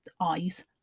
eyes